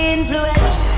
influence